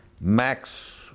max